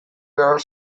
behar